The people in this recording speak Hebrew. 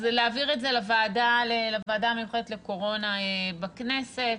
אז להעביר את זה לוועדה המיוחדת לקורונה בכנסת.